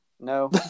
No